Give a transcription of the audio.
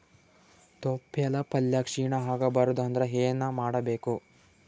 ತೊಪ್ಲಪಲ್ಯ ಕ್ಷೀಣ ಆಗಬಾರದು ಅಂದ್ರ ಏನ ಮಾಡಬೇಕು?